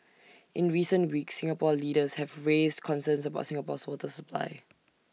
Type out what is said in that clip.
in recent weeks Singapore leaders have raised concerns about Singapore's water supply